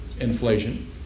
inflation